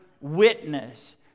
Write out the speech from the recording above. witness